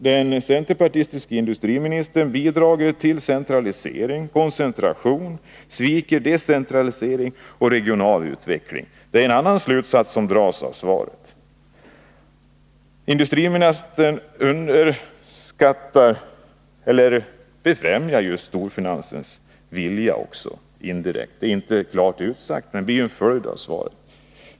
Den centerpartistiske industriministern bidrar till centralisering och koncentration, sviker decentralisering och regional utveckling. Det är en annan slutsats som kan dras av svaret. Industriministern främjar ju indirekt storfinansens intressen. Det är inte Nr 38 klart utsagt men blir en följd av svaret.